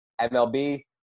MLB